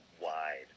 wide